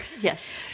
Yes